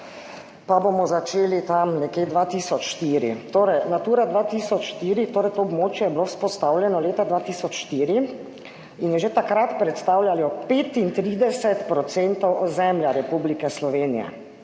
pa bomo začeli tam nekje 2004. Torej, Natura 2004, torej to območje je bilo vzpostavljeno leta 2004, in je že takrat predstavljalo 35 % ozemlja Republike Slovenije,